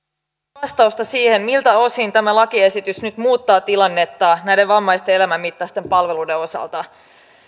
vastausta siihen miltä osin tämä lakiesitys nyt muuttaa tilannetta näiden vammaisten elämänmittaisten palveluiden osalta